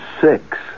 six